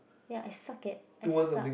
ya I suck at I suck